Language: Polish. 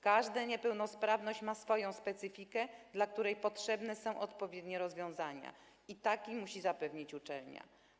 Każda niepełnosprawność ma swoją specyfikę, dla której potrzebne są odpowiednie rozwiązania, i takie musi zapewnić uczelnia.